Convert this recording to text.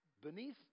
beneath